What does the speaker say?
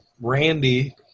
Randy